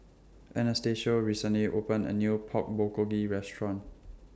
Anastacio recently opened A New Pork Bulgogi Restaurant